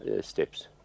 steps